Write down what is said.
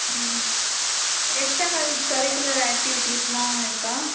ம் extra curricular ஆக்ட்டிவிட்டிஸ்யெலாம் இருக்கா